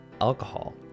alcohol